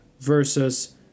versus